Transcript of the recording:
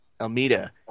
Almeida